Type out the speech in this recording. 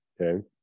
okay